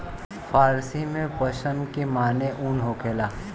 फ़ारसी में पश्म के माने ऊन होखेला